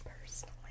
personally